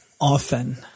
Often